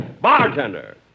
bartender